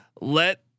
let